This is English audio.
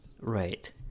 Right